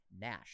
Nash